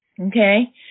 Okay